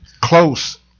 close